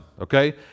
Okay